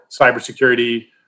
cybersecurity